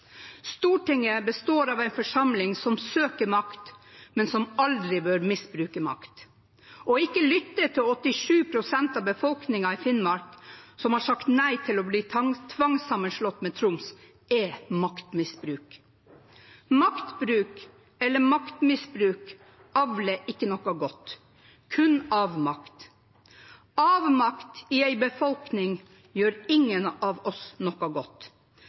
Stortinget består av en forsamling som søker makt, men som aldri bør misbruke makt. Å ikke lytte til 87 pst. av befolkningen i Finnmark, som har sagt nei til å bli tvangssammenslått med Troms, er maktmisbruk. Maktbruk, eller maktmisbruk, avler ikke noe godt, kun avmakt. Avmakt i en befolkning gjør ingen av oss noe godt.